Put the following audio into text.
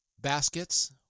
baskets